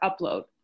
upload